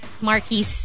Marquis